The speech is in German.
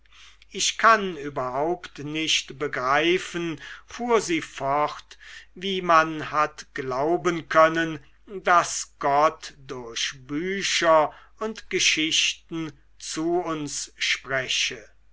ich kann überhaupt nicht begreifen fuhr sie fort wie man hat glauben können daß gott durch bücher und geschichten zu uns spreche